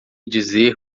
dizer